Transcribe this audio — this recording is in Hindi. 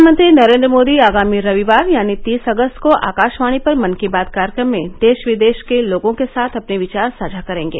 प्रधानमंत्री नरेंद्र मोदी आगामी रविवार यानी तीस अगस्त को आकाशवाणी पर मन की बात कार्यक्रम में देश विदेश के लोगों के साथ अपने विचार साझा करेंगे